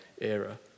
era